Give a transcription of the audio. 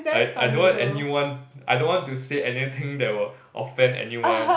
I I don't want anyone I don't want to say anything that will offend anyone